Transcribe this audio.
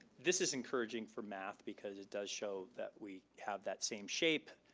this is encouraging for math because it does show that we have that same shape,